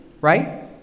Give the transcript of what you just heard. right